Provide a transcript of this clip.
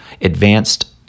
advanced